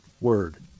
Word